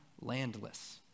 landless